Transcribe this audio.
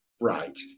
Right